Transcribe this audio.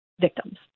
victims